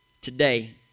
today